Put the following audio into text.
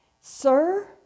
sir